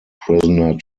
prisoner